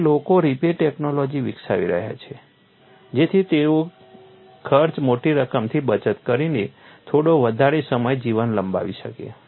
તેથી લોકો repair technology વિકસાવી રહ્યા છે જેથી તેઓ ખર્ચની મોટી રકમની બચત કરીને થોડો વધારે સમય જીવન લંબાવી શકે